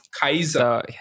kaiser